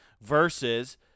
versus